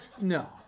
no